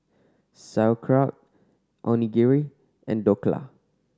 Sauerkraut Onigiri and Dhokla